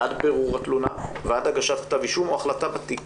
עד בירור התלונה ועד הגשת כתב אישום או החלטה בתיק.